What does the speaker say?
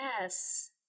Yes